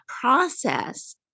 process